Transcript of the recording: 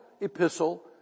epistle